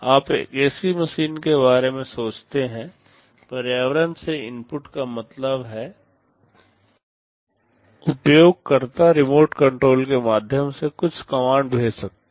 आप एक AC machine के बारे में सोचते हैं पर्यावरण से इनपुट का मतलब है उपयोगकर्ता रिमोट कंट्रोल के माध्यम से कुछ कमांड भेज सकते हैं